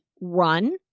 run